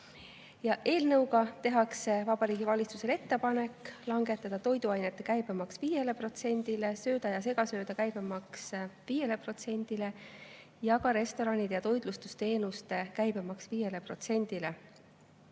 Eelnõuga tehakse Vabariigi Valitsusele ettepanek langetada toiduainete käibemaks 5%‑le, sööda ja segasööda käibemaks 5%‑le ning restoranide ja toitlustusteenuste käibemaks